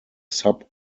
sub